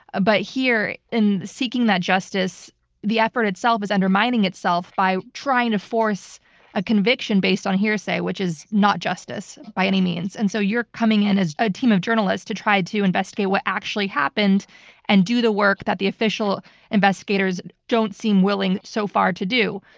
but here in seeking that justice, the effort itself is undermining itself by trying to force a conviction based on hearsay, which is not justice by any means. and so you're coming in as a team of journalists to try to investigate what actually happened and do the work that the official investigators don't seem willing, so far, to do.